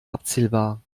abzählbar